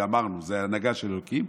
ואמרנו שזאת ההנהגה של אלוקים,